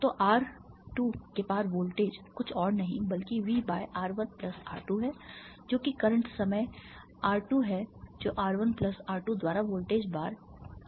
तो आर 2 के पार वोल्टेज कुछ और नहीं बल्कि V by R 1 plus R 2 है जो कि करंट समय आर 2 है जो R1 प्लस R 2 द्वारा वोल्टेज बार R 2 है